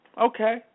okay